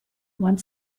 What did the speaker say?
want